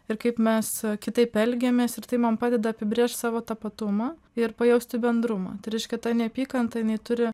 ir kaip mes e kitaip elgiamės ir tai man padeda apibrėžt savo tapatumą ir pajausti bendrumą tai reiškia ta neapykanta nei turi